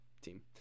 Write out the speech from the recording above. team